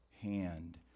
hand